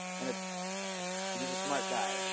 and ah he's a smart guy,